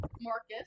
Marcus